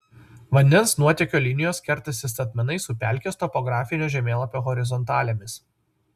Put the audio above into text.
vandens nuotėkio linijos kertasi statmenai su pelkės topografinio žemėlapio horizontalėmis